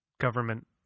government